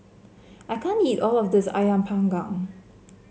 I can't eat all of this ayam panggang